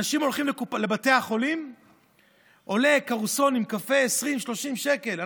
אנשים הולכים לבתי החולים וקרואסון עם קפה עולה 20 30 שקל,